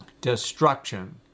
destruction